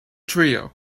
trio